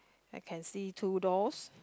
I can see two doors